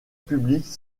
publiques